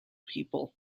people